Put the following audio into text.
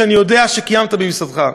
שאני יודע שקיימת במשרדך,